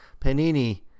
Panini